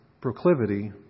proclivity